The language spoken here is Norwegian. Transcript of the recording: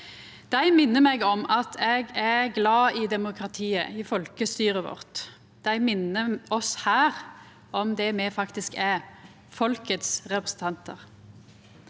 Dei minner meg om at eg er glad i demokratiet, i folkestyret vårt. Dei minner oss om det me faktisk er: folkets representantar.